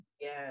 Yes